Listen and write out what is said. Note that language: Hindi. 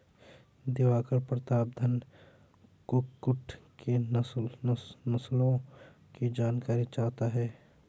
दिवाकर प्रतापधन कुक्कुट की नस्लों की जानकारी चाहता है